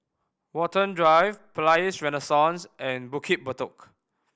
Watten Drive Palais Renaissance and Bukit Batok